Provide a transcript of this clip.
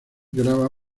graba